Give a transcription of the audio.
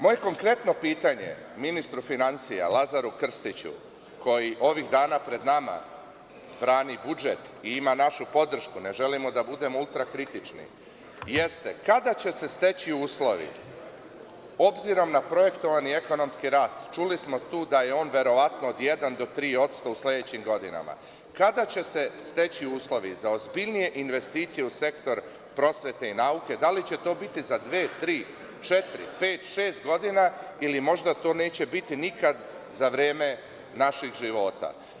Moje konkretno pitanje ministru finansija Lazaru Krstiću, koji ovih dana pred nama brani budžet i ima našu podršku, ne želimo da budemo ultra-kritični, jeste kada će se steći uslovi, obzirom na projektovani ekonomski rast, čuli smo tu da je on verovatno od 1% do 3% u sledećim godinama, za ozbiljnije investicije u sektor prosvete i nauke, da li će to biti za dve, tri, četiri, pet, šest godina ili to možda neće bitinikad za vreme našeg života?